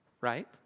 right